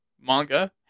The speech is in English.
manga